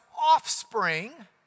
offspring